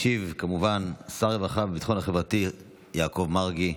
ישיב כמובן שר הרווחה והביטחון החברתי יעקב מרגי,